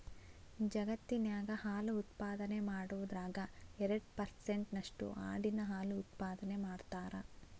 ಜಗತ್ತಿನ್ಯಾಗ ಹಾಲು ಉತ್ಪಾದನೆ ಮಾಡೋದ್ರಾಗ ಎರಡ್ ಪರ್ಸೆಂಟ್ ನಷ್ಟು ಆಡಿನ ಹಾಲು ಉತ್ಪಾದನೆ ಮಾಡ್ತಾರ